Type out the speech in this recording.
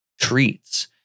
Treats